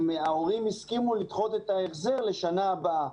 ההורים הסכימו לדחות את ההחזר לשנה הבאה.